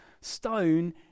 stone